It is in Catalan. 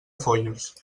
foios